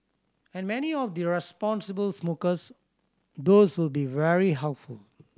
and many of the responsible smokers those will be very helpful